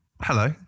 Hello